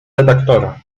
redaktora